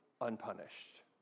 unpunished